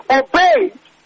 obeyed